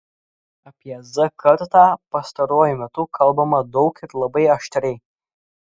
apie z kartą pastaruoju metu kalbama daug ir labai aštriai